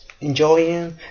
enjoying